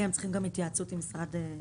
הם גם צריכים התייעצות עם משרד העבודה?